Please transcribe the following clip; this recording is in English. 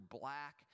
black